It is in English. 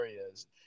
areas